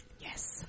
yes